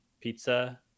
pizza